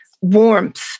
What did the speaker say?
warmth